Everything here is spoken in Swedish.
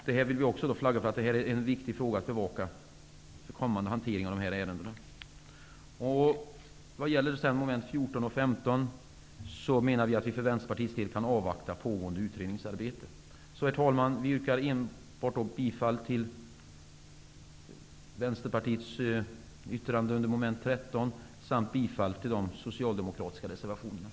Detta vill vi flagga för är en viktig fråga att bevaka vid kommande hantering av de här ärendena. Vad gäller mom. 14 och 15 avvaktar vi för Herr talman! Vi yrkar enbart bifall till